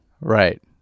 right